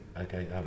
okay